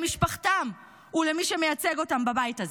למשפחתם ולמי שמייצג אותם בבית הזה.